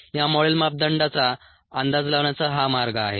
या मॉडेल मापदंडाचा अंदाज लावण्याचा हा मार्ग आहे